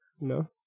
No